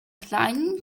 kleinen